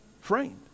framed